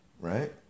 right